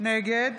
נגד